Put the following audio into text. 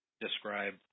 describe